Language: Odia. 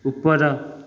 ଉପର